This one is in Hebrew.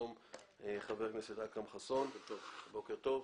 שלום לחבר הכנסת אכרם חסון, בוקר טוב.